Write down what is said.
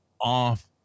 off